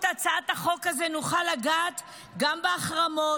הצעת החוק הזו נוכל לגעת גם בהחרמות,